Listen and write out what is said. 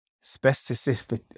specific